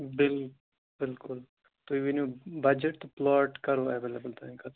بلِ بلکُل تُہی ؤنِو بَجَٹ تہٕ پُلاٹ کَرو ایٚویلٕبل تُہٕنٛدِ خٲطرٕ